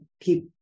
keep